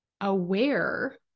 aware